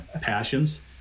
passions